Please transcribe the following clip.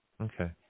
Okay